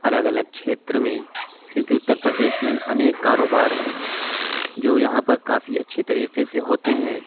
الگ الگ چھیتر میں کیونکہ اتر پردیش میں انیک کاروبار ہیں جو یہاں پر کافی اچھی طریقے سے ہوتے ہیں